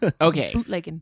Okay